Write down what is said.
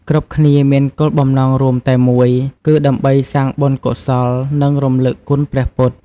គ្រប់គ្នាមានគោលបំណងរួមតែមួយ គឺដើម្បីសាងបុណ្យកុសល និងរំលឹកគុណព្រះពុទ្ធ។